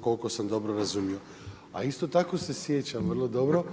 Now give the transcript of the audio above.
koliko sam dobro razumio. A isto tako se sjećam vrlo dobro